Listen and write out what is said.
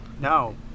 No